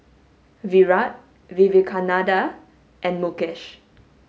Virat Vivekananda and Mukesh